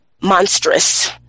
monstrous